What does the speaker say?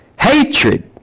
Hatred